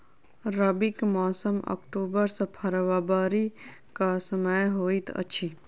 रबीक मौसम अक्टूबर सँ फरबरी क समय होइत अछि